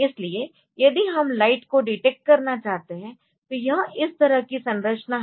इसलिए यदि हम लाइट को डिटेक्ट करना चाहते है तो यह इस तरह की संरचना है